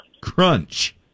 Crunch